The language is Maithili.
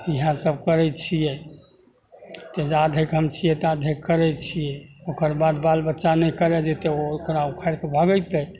इएह सब करैत छियै तऽ जा धरि हम छियौ ता धरि करैत छियै ओकर बाद बाल बच्चा नहि करै जेतै ओकरा उखाड़िके भगेतै